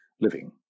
living